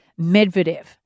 Medvedev